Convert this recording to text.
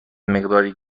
مقداری